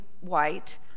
white